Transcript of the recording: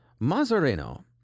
Mazzarino